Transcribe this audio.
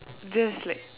just like